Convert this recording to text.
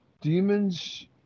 Demons